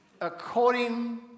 According